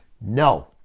no